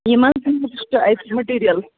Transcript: اَتہِ مِٹیٖریَل